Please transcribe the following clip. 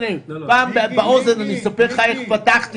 פעם באוזן אני אספר לך איך פתחתי,